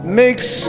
makes